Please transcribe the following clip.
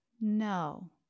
No